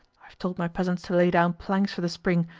i have told my peasants to lay down planks for the spring,